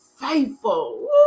faithful